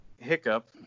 hiccup